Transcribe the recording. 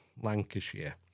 Lancashire